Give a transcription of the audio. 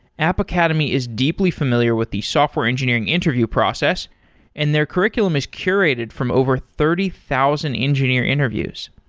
app academy is deeply familiar with the software engineering interview process and their curriculum is curated from over thirty thousand engineering interviews.